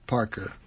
Parker